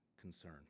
concern